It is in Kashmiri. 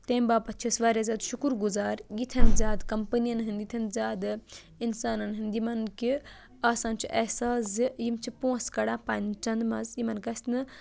تٔمۍ باپَتھ چھِ أسۍ واریاہ زیادٕ شُکُر گُزار یِتھٮ۪ن زیادٕ کَمپنٮ۪ن ہُنٛد یِتھٮ۪ن زیادٕ اِنسانن ہُنٛد یِمن کہِ آسان چھُ احساس زِ یِم چھٕ پونٛسہٕ کَڑان پَنٕنہِ چنٛدٕ منٛز یِمن گژھِ نہٕ